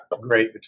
great